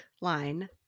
line